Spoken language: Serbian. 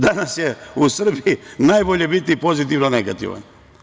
Danas je u Srbiji najbolje biti pozitivno negativan.